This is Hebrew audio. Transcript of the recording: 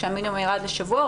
כשהמינימום ירד לשבוע,